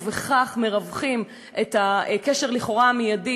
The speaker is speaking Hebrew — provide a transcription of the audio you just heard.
ובכך מרווחים את הקשר המיידי,